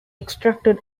extracted